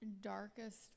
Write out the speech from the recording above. darkest